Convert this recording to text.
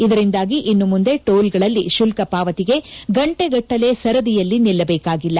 ಇದರಿಂದಾಗಿ ಇನ್ನು ಮುಂದೆ ಟೋಲ್ಗಳಲ್ಲಿ ಶುಲ್ತ ಪಾವತಿಗೆ ಗಂಟೆಗಟ್ಟಲೆ ಸರದಿಯಲ್ಲಿ ನಿಲ್ಲಬೇಕಾಗಿಲ್ಲ